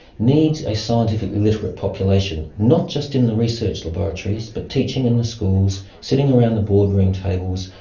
needs a scientifically literate population, not just in the research laboratories but teaching in the schools, sitting around the boardroom tables,